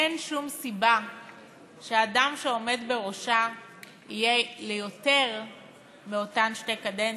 אין שום סיבה שהאדם שעומד בראשה יהיה יותר מאותן שתי קדנציות,